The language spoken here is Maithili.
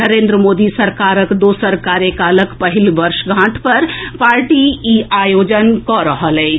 नरेंद्र मोदी सरकारक दोसर कार्यकालक पहिल वर्षगांठ पर पार्टी ई आयोजन कऽ रहल अछि